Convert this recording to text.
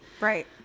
Right